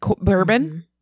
Bourbon